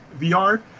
vr